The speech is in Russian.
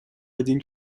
один